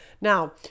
Now